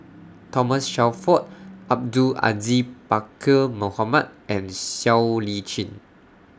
Thomas Shelford Abdul Aziz Pakkeer Mohamed and Siow Lee Chin